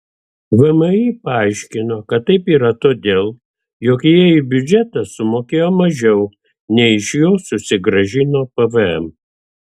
vmi paaiškino kad taip yra todėl jog jie į biudžetą sumokėjo mažiau nei iš jo susigrąžino pvm